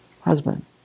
Husband